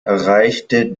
erreichte